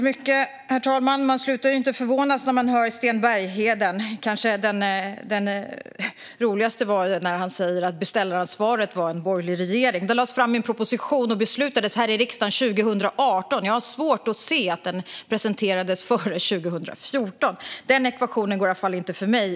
Herr talman! Man slutar inte att förvånas när man hör Sten Bergheden. Det roligaste var kanske när han sa att beställaransvaret var ett initiativ av en borgerlig regering. Det lades fram i en proposition som beslutades här i riksdagen 2018. Jag har svårt att se att det presenterades före 2014. Den ekvationen går i varje fall inte ihop för mig.